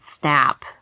snap